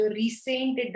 recent